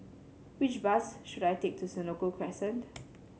which bus should I take to Senoko Crescent